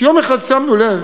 שיום אחד שמנו לב